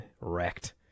wrecked